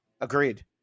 Agreed